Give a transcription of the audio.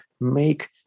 make